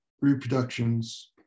reproductions